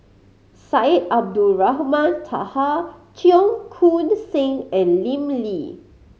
Syed Abdulrahman Taha Cheong Koon Seng and Lim Lee